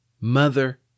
mother